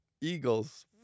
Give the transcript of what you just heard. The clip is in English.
Eagles